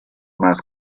más